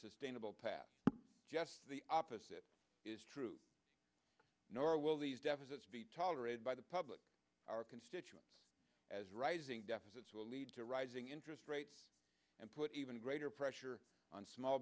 sustainable path just the opposite is true nor will these deficits be tolerated by the public our constituents as rising deficits will lead to rising interest rates and put even greater pressure on small